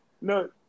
No